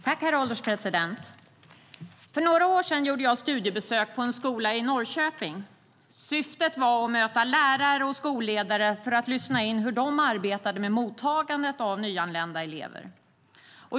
Herr ålderspresident! För några år sedan gjorde jag ett studiebesök på en skola i Norrköping. Syftet var att möta lärare och skolledare för att lyssna in hur de arbetar med mottagandet av nyanlända elever.